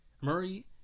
Murray